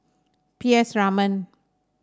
P S Raman